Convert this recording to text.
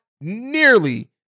nearly